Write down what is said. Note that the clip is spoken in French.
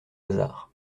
hasards